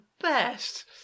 best